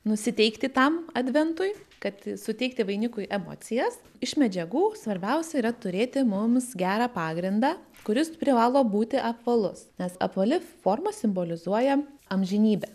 nusiteikti tam adventui kad suteikti vainikui emocijas iš medžiagų svarbiausia yra turėti mums gerą pagrindą kuris privalo būti apvalus nes apvali forma simbolizuoja amžinybę